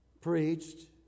preached